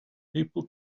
people